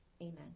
Amen